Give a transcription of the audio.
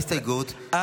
הסתייגות,